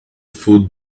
food